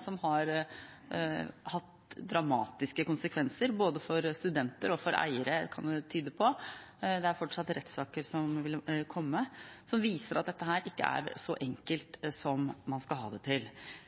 som har hatt dramatiske konsekvenser, både for studenter og for eiere, kan det tyde på – det er fortsatt rettssaker som vil komme – som viser at dette her ikke er så enkelt